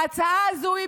ההצעה הזו היא